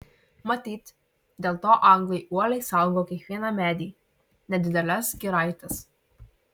matyt dėl to anglai uoliai saugo kiekvieną medį nedideles giraites